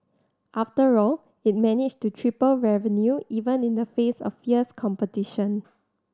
after all it managed to triple revenue even in the face of fierce competition